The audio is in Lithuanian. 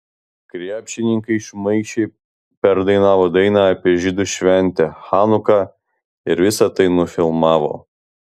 krepšininkai šmaikščiai perdainavo dainą apie žydų šventę chanuką ir visa tai nufilmavo